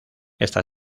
esta